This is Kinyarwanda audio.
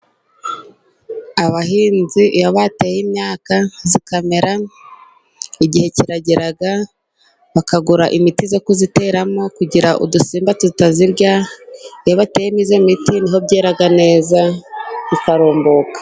Abahinzi iyo bateye imyaka ikamera, igihe kiragera bakagura imiti yo kuyiteramo kugira ngo udusimba tutazirya. Iyo bateyemo iyo miti niho byera neza bikarumbuka.